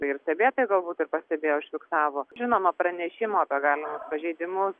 ir stebėtojai galbūt tai pastebėjo užfiksavo žinoma pranešimų apie galimus pažeidimus